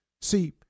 See